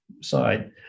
side